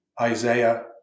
Isaiah